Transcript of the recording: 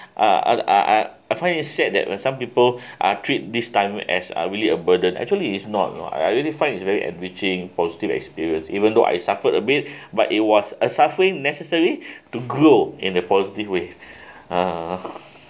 uh uh I find it sad that some people are treat this time as are really a burden actually it's not lah I really find it's very enriching positive experience even though I suffered a bit but it was a suffering necessary to grow in the positive way uh